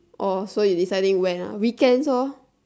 oh so you deciding when ah weekends lor